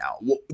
now